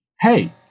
hey